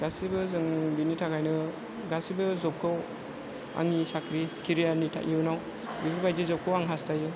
गासैबो जों बेनि थाखायनो गासैबो जबखौ आंनि साख्रि केरियारनि इयुनाव बेफोरबायदि जबखौ आं हास्थायो